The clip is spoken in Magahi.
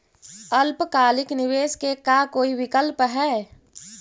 अल्पकालिक निवेश के का कोई विकल्प है?